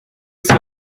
jsou